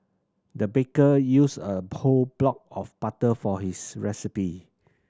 the baker used a plod block of butter for this recipe